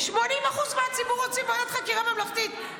80% מהציבור רוצים ועדת חקירה ממלכתית,